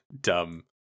dumb